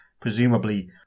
presumably